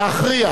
להכריע.